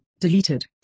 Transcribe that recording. Deleted